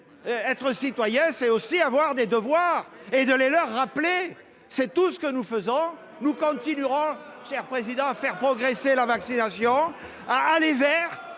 Être citoyen, c'est aussi avoir des devoirs. Et de le leur rappeler, c'est tout ce que nous faisons. Nous continuerons, cher président, à faire progresser la vaccination, à « aller vers